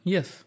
Yes